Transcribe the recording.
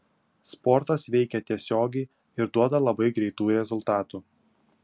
sportas veikia tiesiogiai ir duoda labai greitų rezultatų